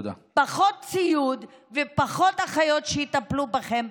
פחות ציוד ופחות אחיות שיטפלו בכם,